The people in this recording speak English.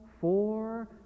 four